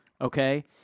okay